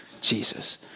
Jesus